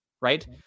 right